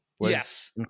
Yes